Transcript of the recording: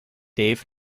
dave